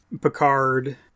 Picard